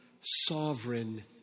sovereign